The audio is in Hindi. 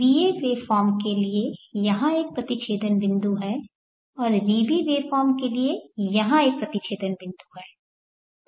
va वेवफॉर्म के लिए यहाँ एक प्रतिच्छेदन बिंदु है और vb वेवफॉर्म के लिए यहाँ एक प्रतिच्छेदन बिंदु है